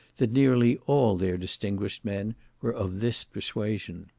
that nearly all their distinguished men were of this persuasion.